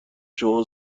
شما